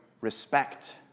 respect